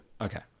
Okay